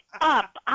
up